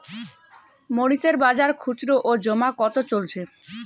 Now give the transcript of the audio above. মরিচ এর বাজার খুচরো ও জমা কত চলছে?